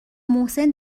محسن